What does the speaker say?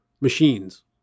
machines